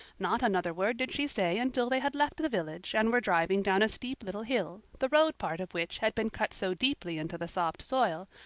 not another word did she say until they had left the village and were driving down a steep little hill, the road part of which had been cut so deeply into the soft soil,